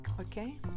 Okay